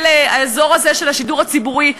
של האזור הזה של השידור הציבורי,